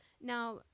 Now